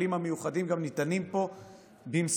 והכלים המיוחדים גם ניתנים פה במשורה,